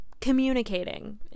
communicating